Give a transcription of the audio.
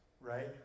right